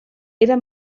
era